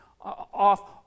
off